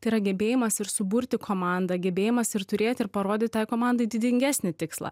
tai yra gebėjimas ir suburti komandą gebėjimas ir turėt ir parodyt tai komandai didingesnį tikslą